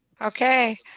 Okay